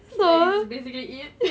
like it basically it